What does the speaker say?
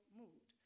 mood